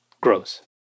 Gross